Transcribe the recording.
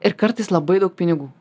ir kartais labai daug pinigų